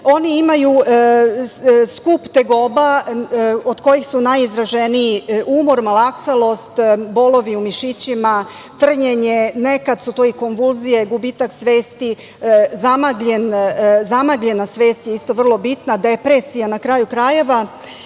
Oni imaju skup tegoba od kojih su najizraženiji umor, malaksalost, bolovi u mišićima, trnjenje, nekad su to i konvulzije, gubitak svesti, zamagljena svest je isto vrlo bitna, depresija na kraju krajeva.